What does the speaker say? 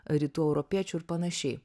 rytų europiečių ir panašiai